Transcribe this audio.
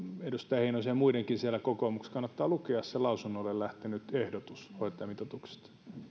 edustaja heinosen ja muidenkin siellä kokoomuksessa kannattaa lukea se lausunnolle lähtenyt ehdotus hoitajamitoituksesta